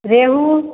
रेमु